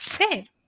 Okay